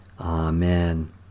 Amen